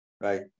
right